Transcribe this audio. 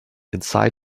inside